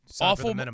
Awful